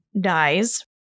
dies